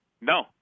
No